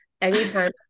anytime